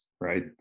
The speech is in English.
right